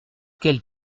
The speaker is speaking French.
quel